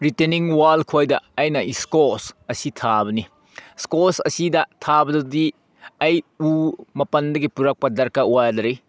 retaining ꯋꯥꯜꯈꯣꯏꯗ ꯑꯩꯅ ꯏꯁꯀꯣꯁ ꯑꯁꯤ ꯊꯥꯕꯅꯤ ꯏꯁꯀ꯭ꯋꯥꯁ ꯑꯁꯤꯗ ꯊꯥꯕꯗꯗꯤ ꯑꯩ ꯎ ꯃꯄꯥꯟꯗꯒꯤ ꯄꯨꯔꯛꯄ ꯗꯔꯀꯥꯔ ꯑꯣꯏꯗ꯭ꯔꯦ